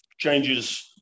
changes